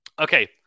Okay